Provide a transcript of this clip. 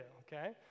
Okay